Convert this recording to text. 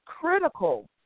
critical